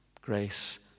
Grace